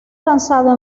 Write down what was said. lanzado